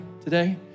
today